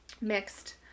mixed